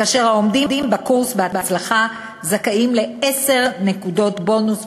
כאשר העומדים בקורס בהצלחה זכאים לעשר נקודות בונוס.